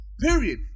Period